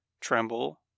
tremble